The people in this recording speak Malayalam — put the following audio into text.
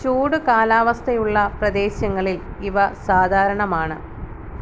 ചൂട് കാലാവസ്ഥയുള്ള പ്രദേശങ്ങളിൽ ഇവ സാധാരണമാണ്